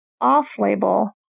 off-label